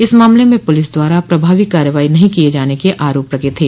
इस मामले में पुलिस द्वारा प्रभावी कार्रवाई नहीं किये जाने के आरोप लगे थे